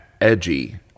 edgy